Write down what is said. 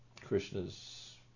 Krishna's